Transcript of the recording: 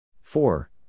Four